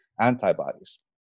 antibodies